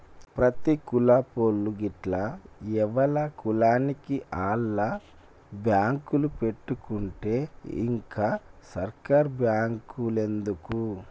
ప్రతి కులపోళ్లూ గిట్ల ఎవల కులానికి ఆళ్ల బాంకులు పెట్టుకుంటే ఇంక సర్కారు బాంకులెందుకు